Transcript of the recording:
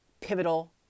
pivotal